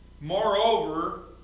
Moreover